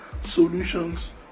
solutions